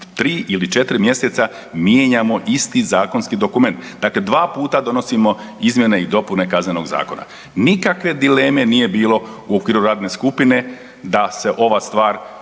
u 3 ili 4 mjeseca mijenjamo isti zakonski dokument. Dakle 2 puta donosimo izmjene i dopune Kaznenog zakona. Nikakve dileme nije bilo u okviru radne skupine da se ova stvar